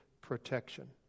protection